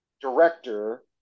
director